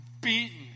beaten